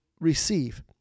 receive